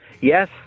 Yes